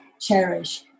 cherish